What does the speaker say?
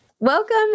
Welcome